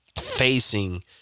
facing